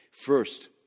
First